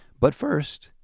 but first,